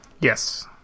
Yes